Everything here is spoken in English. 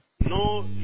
No